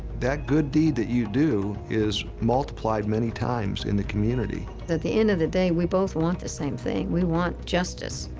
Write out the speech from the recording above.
that good deed that you do is multiplied many times in the community. at the end of the day, we both want the same thing we want justice.